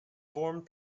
formed